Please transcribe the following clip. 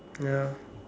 ya